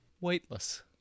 weightless